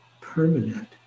permanent